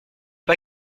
pas